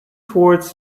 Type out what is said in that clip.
towards